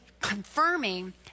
confirming